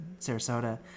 Sarasota